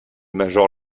major